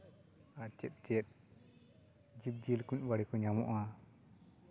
ᱟᱨ ᱪᱮᱫ ᱪᱮᱫ ᱡᱤᱵᱽᱼᱡᱤᱭᱟᱹᱞᱤ ᱠᱚ ᱵᱟᱲᱮ ᱠᱚ ᱧᱟᱢᱚᱜᱼᱟ